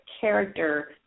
character